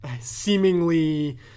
seemingly